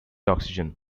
oxygen